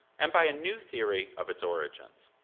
and by a new theory of its origins.